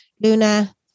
Luna